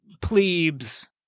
plebes